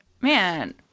Man